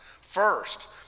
First